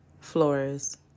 Flores